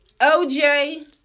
OJ